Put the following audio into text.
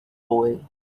boy